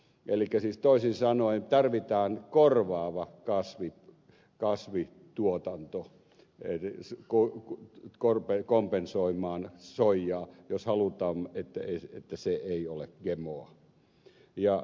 elikkä siis toisin sanoen tarvitaan korvaavat kasvi kasvi tuotanto ei korvaava kasvituotanto kompensoimaan soijaa jos halutaan että se ei ole gemoa